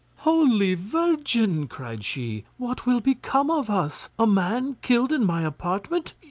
holy virgin! cried she, what will become of us? a man killed in my apartment!